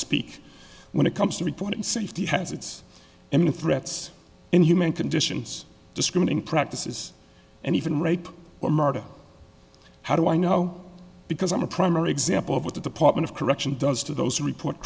speak when it comes to reporting safety hazards and threats inhumane conditions discriminating practices and even rape or murder how do i know because i'm a primary example of what the department of corrections does to those who report